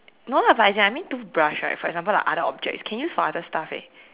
no lah but as in I mean like toothbrush right for example like other objects can use for other stuff eh